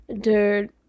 Dude